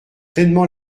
pleinement